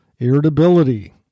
irritability